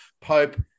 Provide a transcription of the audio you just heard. Pope